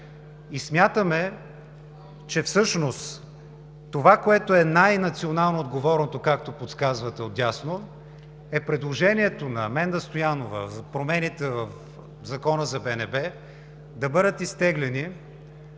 Пламен Манушев), което е най-национално отговорното, както подсказвате отдясно, е предложенията на Менда Стоянова за промените в Закона за БНБ да бъдат изтеглени,